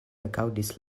ekaŭdis